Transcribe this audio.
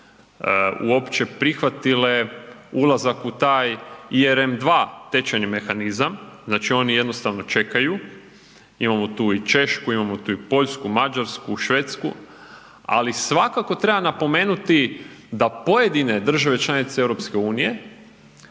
uopće prihvatile ulazak u taj RM2 tečajni mehanizam, znači oni jednostavno čekaju, imamo tu i Češku, imamo tu i Poljsku, Mađarsku, Švedsku, ali svakako treba napomenuti da pojedine države članice EU nisu